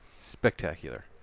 Spectacular